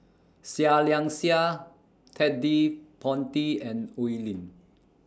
Seah Liang Seah Ted De Ponti and Oi Lin